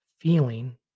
feeling